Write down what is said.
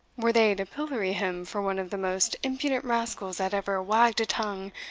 were they to pillory him for one of the most impudent rascals that ever wagged a tongue,